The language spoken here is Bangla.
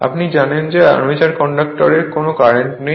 আপনি জানেন যে আর্মেচার কন্ডাক্টরে কোনও কারেন্ট নেই